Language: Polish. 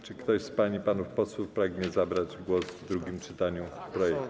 Czy ktoś z pań i panów posłów pragnie zabrać głos w drugim czytaniu projektu?